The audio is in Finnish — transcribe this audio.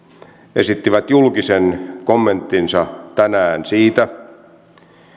esittivät julkisen kommenttinsa tänään siitä